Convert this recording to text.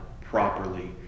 properly